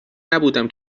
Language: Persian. نبودم